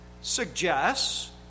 suggests